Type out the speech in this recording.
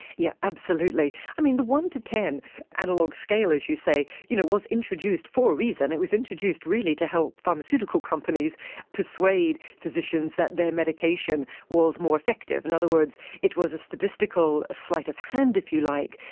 yeah absolutely. i mean, the one to ten analogue scale, as you say, you know was introduced for a reason, it was introduced really to help pharmaceutical companies persuade physicians that their medication was more effective in other words, it was a statistical sleight of hand, if you like,